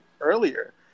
earlier